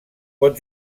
pot